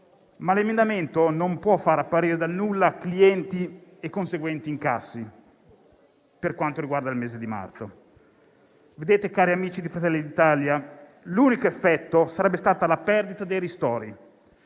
Ma l'emendamento non può far apparire dal nulla i clienti e i conseguenti incassi, riguardanti il mese di marzo. Cari amici di Fratelli d'Italia, l'unico effetto sarebbe stato la perdita dei ristori: